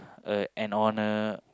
a an honour